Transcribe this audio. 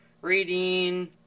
reading